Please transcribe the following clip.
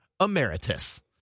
Emeritus